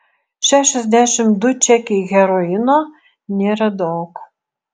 šešiasdešimt du čekiai heroino nėra daug